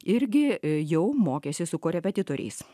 irgi jau mokėsi su korepetitoriais